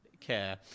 care